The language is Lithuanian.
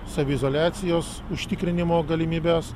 saviizoliacijos užtikrinimo galimybes